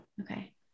Okay